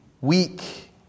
weak